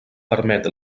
permet